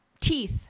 teeth